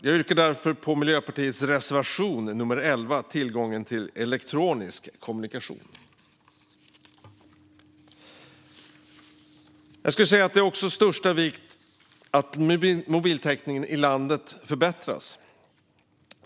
Jag yrkar därför bifall till Miljöpartiets reservation nummer 11 om tillgång till elektronisk kommunikation. Det är också av största vikt att mobiltäckningen i landet förbättras.